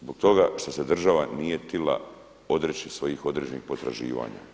Zbog toga što se država nije htjela odreći svojih određenih potraživanja.